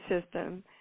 system